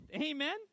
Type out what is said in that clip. Amen